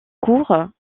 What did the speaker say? cours